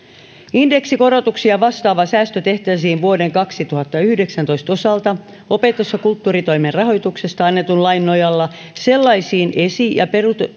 indeksikorotuksia vastaava säästö tehtäisiin vuoden kaksituhattayhdeksäntoista osalta opetus ja kulttuuritoimen rahoituksesta annetun lain nojalla sellaisiin esi ja